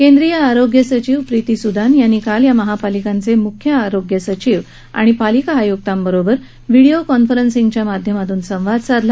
केंद्रीय आरोग्य सचिव प्रीती सूदान यांनी काल या महापालिकांचे मुख्य आरोग्य सचिव आणि पालिका आय्क्तांबरोबर व्हिडीओ कॉन्फेरंसिंगच्या माध्यमातून संवाद साधला